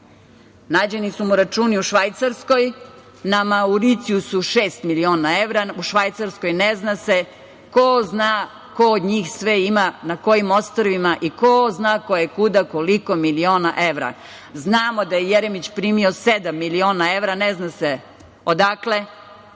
Nađeni su mu računi u Švajcarskoj, na Mauricijusu šest miliona evra, u Švajcarskoj ne zna se. Ko zna ko od njih sve ima na kojim ostrvima i ko zna kojekuda, koliko miliona evra. Znamo da je Jeremić primio sedam miliona evra, ne zna se odakle